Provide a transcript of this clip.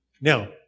Now